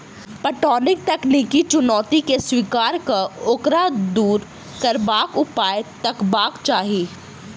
पटौनीक तकनीकी चुनौती के स्वीकार क ओकरा दूर करबाक उपाय तकबाक चाही